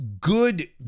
good